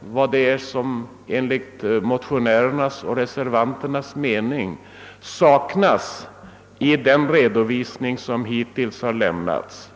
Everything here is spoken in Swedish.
vad det är som enligt motionärernas och reservanternas mening saknas i den redovisning som hittills har lämnats.